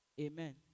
Amen